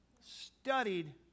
studied